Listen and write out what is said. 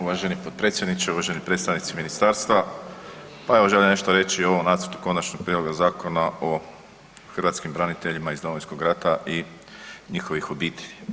uvaženi potpredsjedniče, uvaženi predstavnici ministarstva, pa evo želim nešto reći o ovom nacrtu Konačnog prijedloga Zakona o hrvatskim braniteljima iz Domovinskog rata i njihovih obitelji.